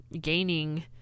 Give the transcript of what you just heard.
gaining